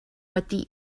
wedi